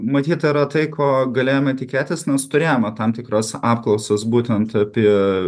matyta tai yra ko galėjom tikėtis nes turėjome tam tikros apklausos būtent apie